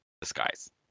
disguise